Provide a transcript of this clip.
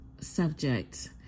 subject